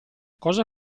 cosa